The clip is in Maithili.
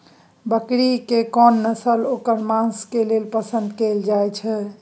बकरी के कोन नस्ल ओकर मांस के लेल पसंद कैल जाय हय?